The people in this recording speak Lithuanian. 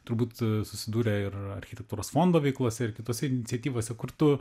turbūt susidūrę ir architektūros fondo veiklose ir kitose iniciatyvose kur tu